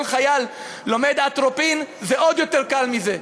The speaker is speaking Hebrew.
כל חייל לומד על אטרופין, זה עוד יותר קל מזה.